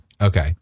Okay